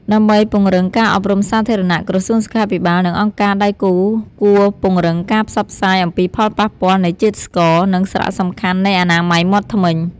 ដើម្បីពង្រឹងការអប់រំសាធារណៈ ក្រសួងសុខាភិបាល និងអង្គការដៃគូគួរពង្រឹងការផ្សព្វផ្សាយអំពីផលប៉ះពាល់នៃជាតិស្ករ និងសារៈសំខាន់នៃអនាម័យមាត់ធ្មេញ។